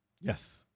Yes